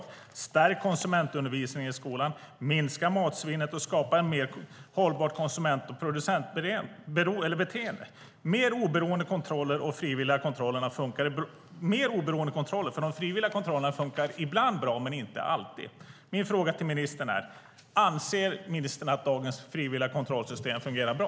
Det behövs stärkt konsumentundervisning i skolan. Man behöver minska matsvinnet och skapa ett mer hållbart konsument och producentbeteende. Det behövs fler oberoende kontroller. De frivilliga kontrollerna fungerar ibland bra men inte alltid. Min fråga till ministern är: Anser ministern att dagens frivilliga kontrollsystem fungerar bra?